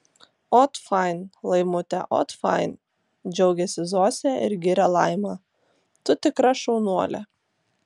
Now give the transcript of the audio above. ot fain laimute ot fain džiaugiasi zosė ir giria laimą tu tikra šaunuolė